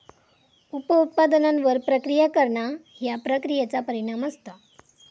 उप उत्पादनांवर प्रक्रिया करणा ह्या प्रक्रियेचा परिणाम असता